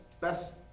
best